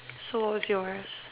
so what's yours